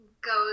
goes